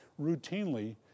routinely